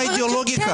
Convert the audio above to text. לא הבנתי.